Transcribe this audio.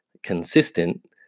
consistent